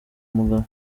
mugabo